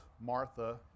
Martha